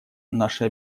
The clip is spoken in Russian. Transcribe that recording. наши